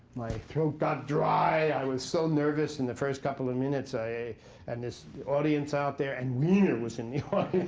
my throat got dry. i was so nervous in the first couple of minutes i and this audience out there. and wiener was in the